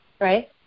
right